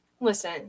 listen